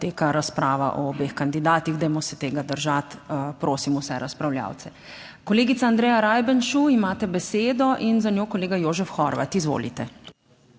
poteka razprava o obeh kandidatih. Dajmo se tega držati, prosim vse razpravljavce. Kolegica Andreja Rajbenšu imate besedo in za njo kolega Jožef Horvat. Izvolite.